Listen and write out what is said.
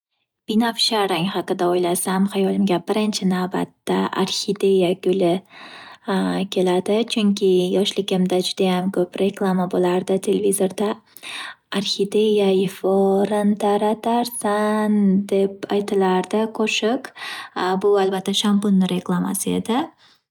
Binashra rang haqida o’ylasam, hayolimga birinchi navbatda arxideya guli keladi, chunki yoshligimda judayam ko’p reklama bo’lardi telvizorda "Arxideya iforin taratarsan" deb aytilardi qo’shiq, bu albatta shampunni reklamasi edi.